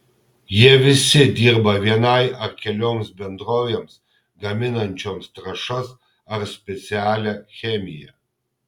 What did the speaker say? jie visi dirba vienai ar kelioms bendrovėms gaminančioms trąšas ar specialią chemiją